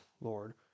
Lord